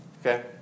Okay